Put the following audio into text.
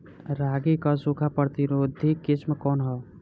रागी क सूखा प्रतिरोधी किस्म कौन ह?